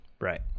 Right